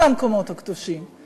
על המקומות הקדושים?